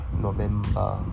november